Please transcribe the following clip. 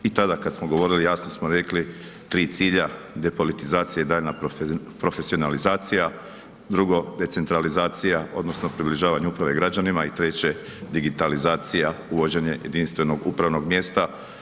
I tada kada smo govorili, jasno smo rekli tri cilja depolitizacija i daljnja profesionalizacija, drugo decentralizacija odnosno približavanje uprave građanima i treće digitalizacija, uvođenje jedinstvenog upravnog mjesta.